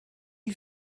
you